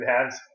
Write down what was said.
hands